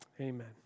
Amen